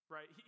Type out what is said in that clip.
Right